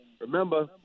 Remember